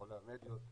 בכל המדיות,